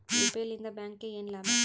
UPI ಲಿಂದ ಬ್ಯಾಂಕ್ಗೆ ಏನ್ ಲಾಭ?